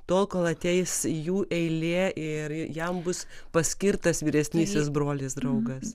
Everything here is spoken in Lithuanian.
tol kol ateis jų eilė ir jam bus paskirtas vyresnysis brolis draugas